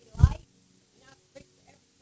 light